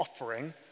offering